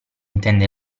intende